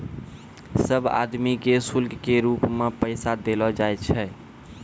सब आदमी के शुल्क के रूप मे पैसा देलो जाय छै